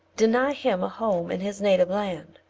deny him a home in his native land?